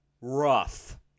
rough